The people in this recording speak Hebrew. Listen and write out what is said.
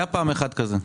היה פעם אחד כזה.